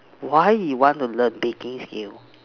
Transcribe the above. why you want to learn baking skill